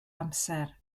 amser